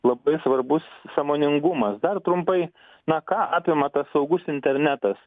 labai svarbus sąmoningumas dar trumpai na ką apima tas saugus internetas